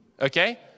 okay